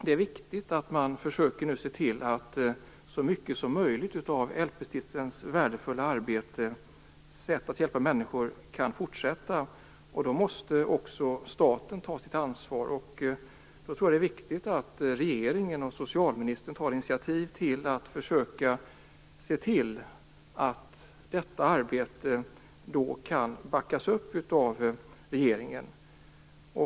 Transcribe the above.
Det är viktigt att man nu ser till att så mycket som möjligt av LP-stiftelsens värdefulla arbete och sätt att hjälpa människor kan fortsätta, men då måste också staten ta sitt ansvar. Då är det viktigt att regeringen och socialministern tar initiativ för att försöka se till att detta arbete kan backas upp av regeringen.